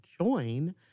join